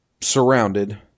surrounded